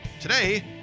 Today